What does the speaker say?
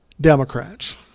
Democrats